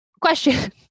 Question